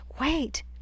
Wait